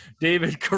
David